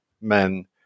men